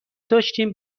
داشتیم